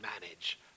manage